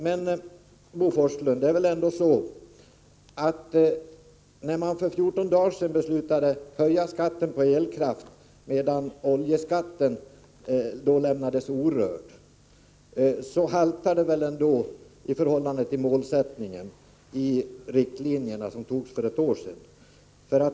Men, Bo Forslund, när man för 14 dagar sedan beslutade att höja skatten på elkraft, medan oljeskatten lämnades orörd, så haltar väl detta i förhållande till målsättningen i de riktlinjer som antogs för ett år sedan.